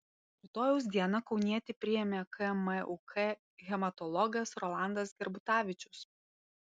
rytojaus dieną kaunietį priėmė kmuk hematologas rolandas gerbutavičius